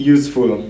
Useful